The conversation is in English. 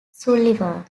sullivan